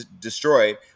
destroyed